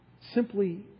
simply